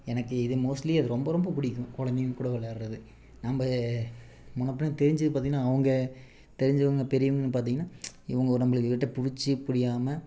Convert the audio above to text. எனக்கு இது மோஸ்ட்லி அது ரொம்ப ரொம்ப பிடிக்கும் குழந்தைங்க கூட விளையாடுறது நம்ம முன்னே பின்னே தெரிஞ்சது பார்த்திங்கனா அவங்க தெரிஞ்சவங்க பெரியவங்கனு பார்த்திங்கனா இவங்க நம்மளுக்குக் கிட்டே பிடிச்சி புடியாம